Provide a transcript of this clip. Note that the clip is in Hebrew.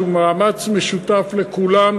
שהוא מאמץ משותף לכולם,